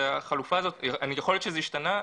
יכול להיות שזה השתנה.